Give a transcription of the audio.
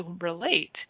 relate